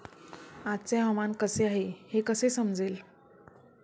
आजचे हवामान कसे आहे हे कसे समजेल?